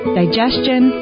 digestion